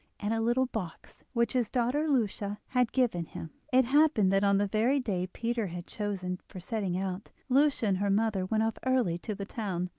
and a little box which his daughter lucia had given him. it happened that on the very day peter had chosen for setting out, lucia and her mother went off early to the town,